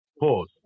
Pause